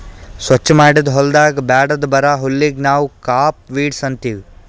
ಸ್ವಚ್ ಮಾಡಿದ್ ಹೊಲದಾಗ್ ಬ್ಯಾಡದ್ ಬರಾ ಹುಲ್ಲಿಗ್ ನಾವ್ ಕ್ರಾಪ್ ವೀಡ್ಸ್ ಅಂತೀವಿ